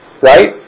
Right